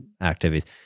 activities